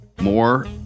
more